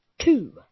two